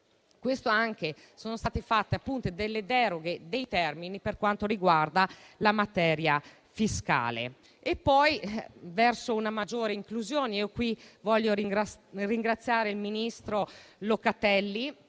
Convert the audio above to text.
Sono state fatte deroghe dei termini per quanto riguarda la materia fiscale.